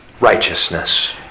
righteousness